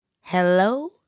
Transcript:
hello